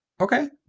Okay